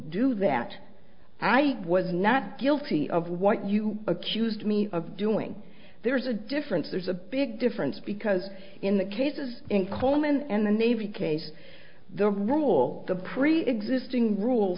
do that i was not guilty of what you accused me of doing there's a difference there's a big difference because in the cases in coleman and the navy case the rule the preexisting rule